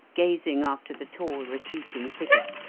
gazing after the tall retreating figure.